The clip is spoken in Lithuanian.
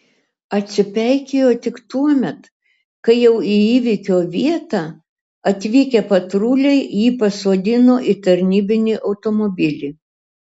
atsipeikėjo tik tuomet kai jau į įvykio vietą atvykę patruliai jį pasodino į tarnybinį automobilį